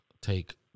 take